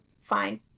fine